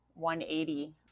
180